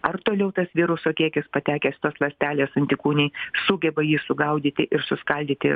ar toliau tas viruso kiekis patekęs tos ląstelės antikūniai sugeba jį sugaudyti ir suskaldyti